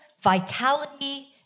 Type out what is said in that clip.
vitality